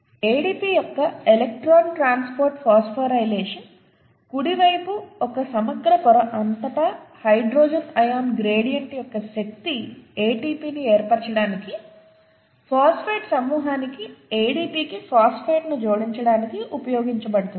ADP యొక్క electron transport phosphorylation కుడివైపు ఒక సమగ్ర పొర అంతటా హైడ్రోజన్ అయాన్ గ్రేడియంట్ యొక్క శక్తి ATPని ఏర్పరచడానికి ఫాస్ఫేట్ సమూహానికి ADPకి ఫాస్ఫేట్ను జోడించడానికి ఉపయోగించబడుతుంది